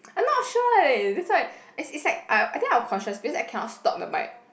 I'm not sure eh that's why is is like I I think I was concious because I cannot stop the bike